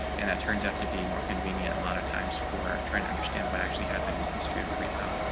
and that turns out to be more convenient. a lot of times for trying to understand what actually happened in the history of a